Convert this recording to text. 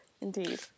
Indeed